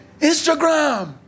Instagram